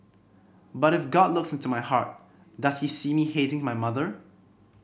but if God looks into my heart does he see me hating my mother